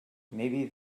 maybe